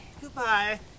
Goodbye